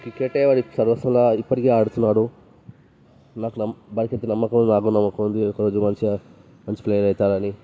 క్రికెట్టే వాడికి సర్వస్వం లాగా ఇప్పటికీ ఆడుతున్నాడు నాకు నమ్మకం వాడికి ఎంత నమ్మకం ఉందో నాకు నమ్మకం ఉంది ఒకరోజు మంచిగా మంచి ప్లేయర్ అయితాడని